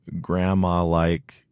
grandma-like